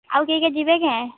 ଆଉ କେ କେ ଯିବେ କେଁ